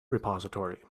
repository